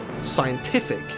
scientific